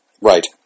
right